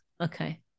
okay